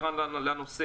המנכ"לית.